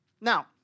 Now